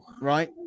right